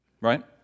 right